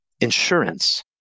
insurance